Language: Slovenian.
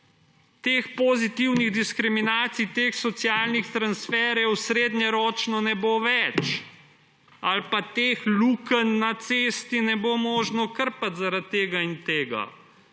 teh pozitivnih diskriminacij, teh socialnih transferjev srednjeročno ne bo več,« ali pa, »teh lukenj na cesti ne bo možno krpati zaradi tega in tega.«